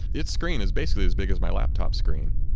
its screen is basically as big as my laptop screen.